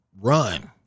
run